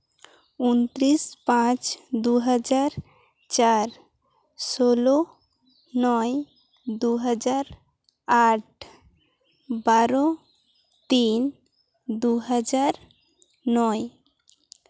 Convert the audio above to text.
ᱩᱱᱛᱨᱤᱥ ᱯᱟᱸᱪ ᱫᱩ ᱦᱟᱡᱟᱨ ᱪᱟᱨ ᱥᱳᱞᱳ ᱱᱚᱭ ᱫᱩ ᱦᱟᱡᱟᱨ ᱟᱴ ᱵᱟᱨᱚ ᱛᱤᱱ ᱫᱩ ᱦᱟᱡᱟᱨ ᱱᱚᱭ